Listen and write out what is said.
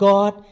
God